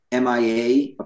MIA